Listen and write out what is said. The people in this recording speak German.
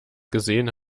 gesehen